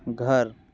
घर